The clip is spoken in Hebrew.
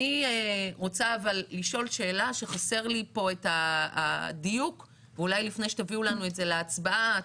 אני רוצה היום לזרום עם אביר ואת הוויכוחים נשאיר למקומות אחרים.